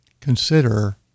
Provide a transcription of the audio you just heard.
consider